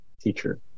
teacher